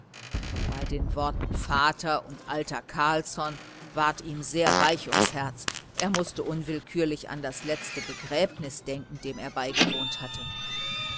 bei den worten vater und alter carlsson ward ihm sehr weich ums herz er mußte unwillkürlich an das letzte begräbnis denken dem er beigewohnt hatte